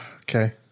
Okay